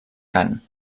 cant